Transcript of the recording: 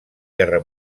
guerra